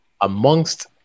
amongst